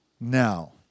now